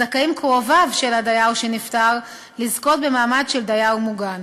זכאים קרוביו של הדייר שנפטר לזכות במעמד של דייר מוגן.